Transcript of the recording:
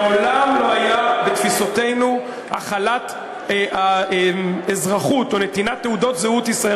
מעולם לא היה בתפיסותינו החלת אזרחות או נתינת תעודות זהות,